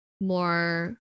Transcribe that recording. more